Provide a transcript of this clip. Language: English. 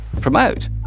promote